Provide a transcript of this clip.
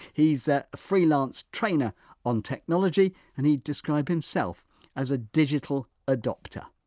he's a freelance trainer on technology and he'd describe himself as a digital adopter.